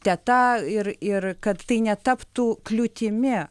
teta ir ir kad tai netaptų kliūtimi